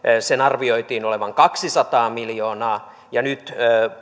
sen arvioitiin olevan kaksisataa miljoonaa ja nyt